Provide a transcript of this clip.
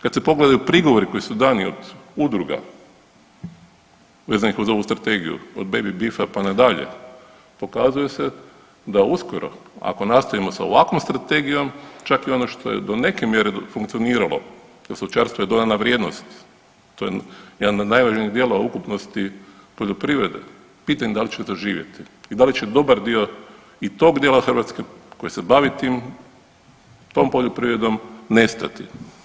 Kad se pogledaju prigovori koji su dani od udruga, vezanih uz ovu Strategiju, od Baby Beefa pa na dalje, pokazuje se da uskoro, ako nastavimo sa ovakvom strategijom, čak i ono što je do neke mjere funkcioniralo, jer stočarstvo je dodana vrijednost, to je jedan od najvažnijih dijelova ukupnosti poljoprivrede, pitanje je da li će doživjeti i da li će dobar dio i tog dijela Hrvatske koji se bavi tim, tom poljoprivredom, nestati.